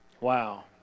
wow